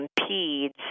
impedes